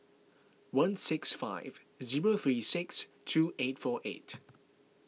one six five zero three six two eight four eight